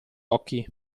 occhi